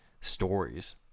stories